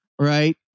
Right